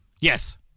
Yes